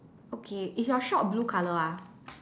okay is your shop blue colour ah